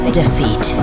defeat